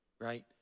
right